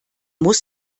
muss